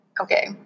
Okay